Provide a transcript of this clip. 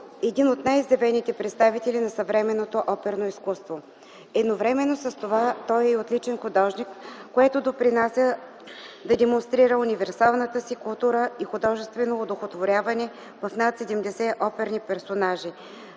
един от най-изявените представители на съвременното оперно изкуство. Едновременно с това той е и отличен художник, което допринася да демонстрира универсалната си култура и художествено одухотворяване в над 70 оперни персонажи.